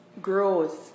grows